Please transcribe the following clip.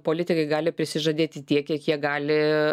politikai gali prisižadėti tiek kiek jie gali